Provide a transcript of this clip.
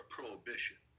Prohibition